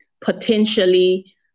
potentially